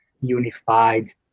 unified